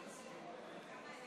בעד